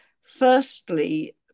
Firstly